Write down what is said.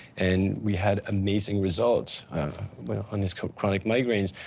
and we had amazing results on his chronic migraines,